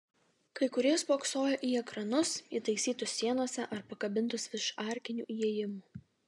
kai kurie spoksojo į ekranus įtaisytus sienose ar pakabintus virš arkinių įėjimų